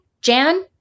Jan